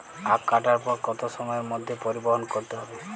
আখ কাটার পর কত সময়ের মধ্যে পরিবহন করতে হবে?